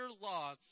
law